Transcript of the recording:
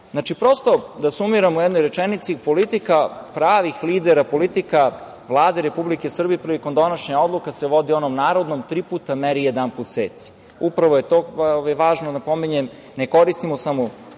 dokazivi. Da sumiram u jednoj rečenici, politika pravih lidera, politika Vlade Republike Srbije prilikom donošenja odluka se vodi onom narodnom – tri puta meri, jednom seci. Upravo je to i važno. Napominjem, ne koristimo samo